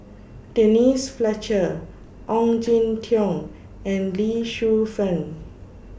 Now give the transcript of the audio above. Denise Fletcher Ong Jin Teong and Lee Shu Fen